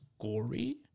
gory